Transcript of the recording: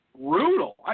Brutal